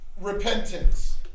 repentance